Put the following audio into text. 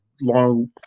long